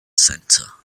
center